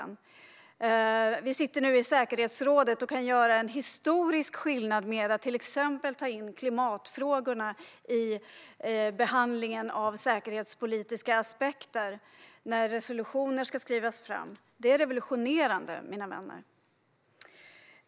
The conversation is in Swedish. Sverige sitter nu i säkerhetsrådet och kan göra en historisk skillnad genom att ta med klimatfrågorna i behandlingen av säkerhetspolitiska aspekter när resolutioner ska skrivas fram. Det är revolutionerande, mina vänner!